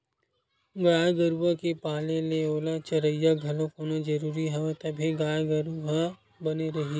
गाय गरुवा के पाले ले ओला चरइया घलोक होना जरुरी हवय तभे गाय गरु ह बने रइही